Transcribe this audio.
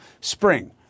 spring